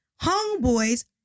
homeboys